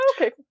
Okay